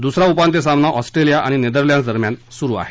दुसरा उपांत्य सामना ऑस्ट्रेलिया आणि नेदरलँड्स दरम्यान सुरु आहे